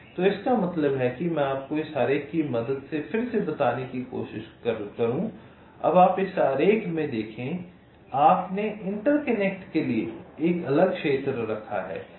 तो इसका मतलब है कि मैं आपको इस आरेख की मदद से फिर से बताने की कोशिश करूं अब आप इस आरेख में देखें कि आपने इंटरकनेक्ट के लिए एक अलग क्षेत्र रखा है